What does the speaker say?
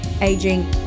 aging